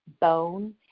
bone